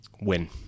Win